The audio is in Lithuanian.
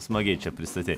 smagiai čia pristatei